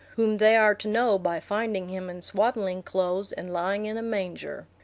whom they are to know by finding him in swaddling-clothes and lying in a manger.